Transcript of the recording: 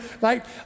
right